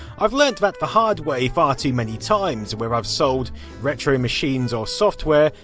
i've learnt that the hard way far too many times, where i've sold retro machines or software,